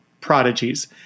prodigies